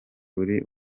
uri